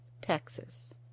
texas